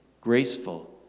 graceful